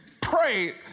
pray